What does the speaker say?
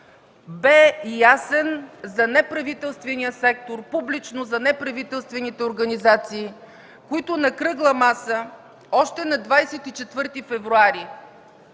бе ясен за неправителствения сектор, публично – за неправителствените организации, които на кръгла маса още на 24 февруари